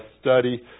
study